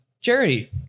Charity